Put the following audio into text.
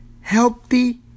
healthy